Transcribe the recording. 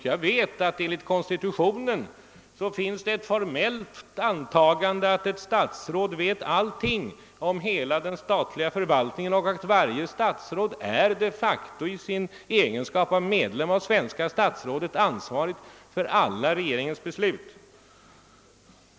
Jag vet att det enligt konstitutionen finns ett formellt antagande, att ett statsråd vet allting om hela den statliga förvaltningen och att varje medlem av det svenska statsrådet de facto är ansvarig för alla regeringsbeslut.